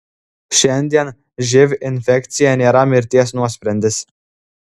šiandien živ infekcija nėra mirties nuosprendis